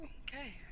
Okay